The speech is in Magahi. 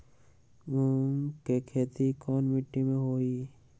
मूँग के खेती कौन मीटी मे होईछ?